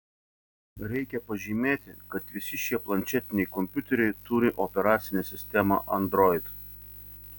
reikia pažymėti kad visi šie planšetiniai kompiuteriai turi operacinę sistemą android